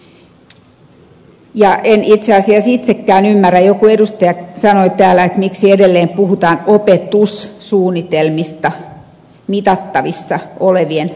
en itse asiassa itsekään ymmärrä joku edustaja sanoi täällä miksi edelleen puhutaan opetussuunnitelmista mitattavissa olevien oppimistavoitteiden sijaan